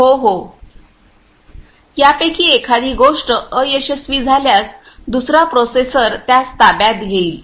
हो हो यापैकी एखादी गोष्ट अयशस्वी झाल्यास दुसरा प्रोसेसर त्यास ताब्यात घेईल